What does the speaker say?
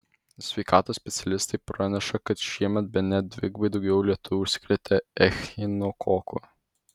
sveikatos specialistai praneša kad šiemet bene dvigubai daugiau lietuvių užsikrėtė echinokoku